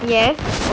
yes